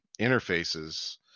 interfaces